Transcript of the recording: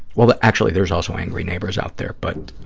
well, but actually, there's also angry neighbors out there. but,